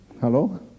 Hello